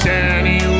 Danny